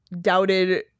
doubted